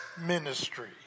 ministry